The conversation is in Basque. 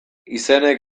izenek